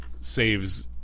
saves